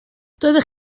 doeddech